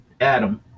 Adam